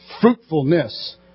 fruitfulness